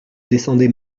descendait